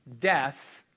death